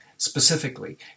specifically